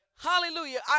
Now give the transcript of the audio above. Hallelujah